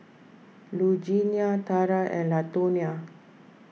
Lugenia Tarah and Latonia